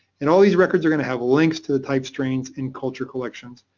and all these records are going to have links to the type strains and culture collections.